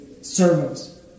servants